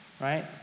right